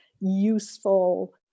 useful